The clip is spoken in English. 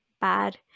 bad